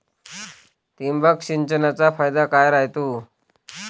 ठिबक सिंचनचा फायदा काय राह्यतो?